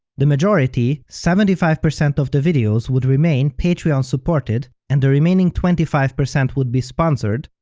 the majority, seventy five percent of the videos would remain patreon supported, and the remaining twenty five percent would be sponsored,